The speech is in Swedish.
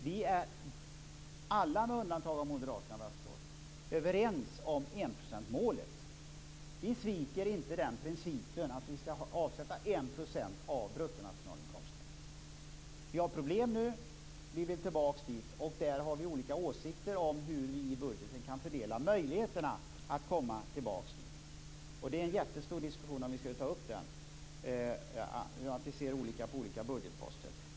Vi är alla - med undantag för moderaterna, såvitt jag förstår - överens om enprocentsmålet. Vi sviker inte principen om att vi skall avsätta 1 % av bruttonationalinkomsten. Vi har problem nu. Vi vill tillbaks dit. Vi har olika åsikter om hur vi i budgeten kan fördela möjligheterna och komma tillbaka dit. Det är en jättestor diskussion att ta upp. Vi ser olika på olika budgetposter.